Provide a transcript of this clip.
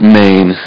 main